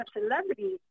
celebrities